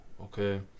okay